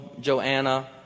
Joanna